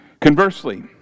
Conversely